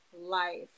life